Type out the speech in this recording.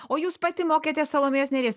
o jūs pati mokėtės salomėjos nėries